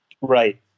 Right